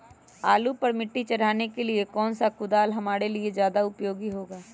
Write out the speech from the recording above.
आलू पर मिट्टी चढ़ाने के लिए कौन सा कुदाल हमारे लिए ज्यादा उपयोगी होगा?